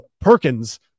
perkins